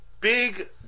big